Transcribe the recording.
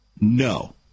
No